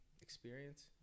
experience